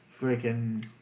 Freaking